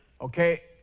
Okay